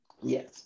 Yes